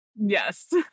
Yes